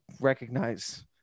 recognize